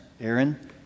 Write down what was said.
Aaron